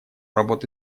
работы